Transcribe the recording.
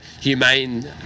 humane